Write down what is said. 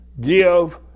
Give